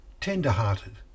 tender-hearted